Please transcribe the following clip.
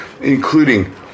including